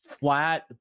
flat